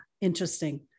interesting